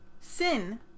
Sin